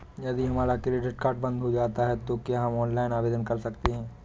यदि हमारा credit card बंद हो जाता है तो क्या हम ऑनलाइन आवेदन कर सकते हैं?